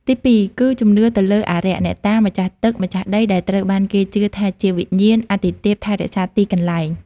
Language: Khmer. ទីពីរ គឺជំនឿទៅលើអារក្ស អ្នកតា ម្ចាស់ទឹកម្ចាស់ដីដែលត្រូវបានគេជឿថាជាវិញ្ញាណអាទិទេពថែរក្សាទីកន្លែង។